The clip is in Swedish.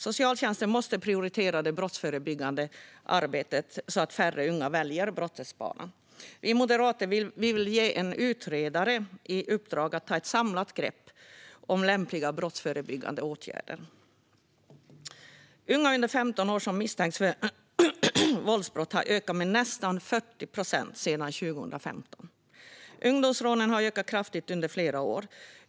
Socialtjänsten måste prioritera det brottsförebyggande arbetet så att färre unga väljer brottets bana. Vi moderater vill ge en utredare i uppdrag att ta ett samlat grepp om lämpliga brottsförebyggande åtgärder. Unga under 15 år som misstänks för våldsbrott har ökat med nästan 40 procent sedan 2015. Ungdomsrånen har ökat kraftigt under flera år.